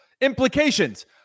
implications